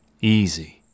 Easy